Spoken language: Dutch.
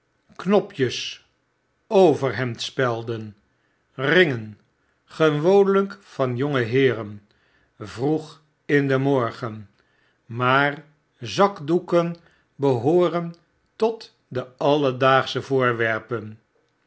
knopjes overhemd spelden ringen gewoonlp van jongeheeren vroeg in den morgen maar zakdoeken behooren tot de alledaagsche voorwerpen